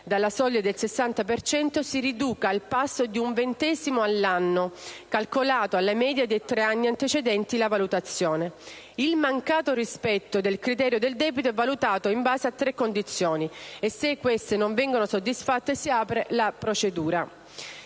dalla soglia del 60 per cento si riduca al passo di un ventesimo all'anno, calcolato alla media dei tre anni antecedenti la valutazione. Il mancato rispetto del criterio del debito è valutato in base a tre condizioni e, se queste non vengono soddisfatte, si apre la procedura.